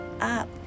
up